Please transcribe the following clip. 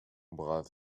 brave